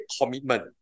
commitment